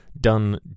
done